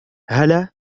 هلا